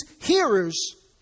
hearers